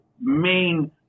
main